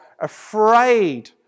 afraid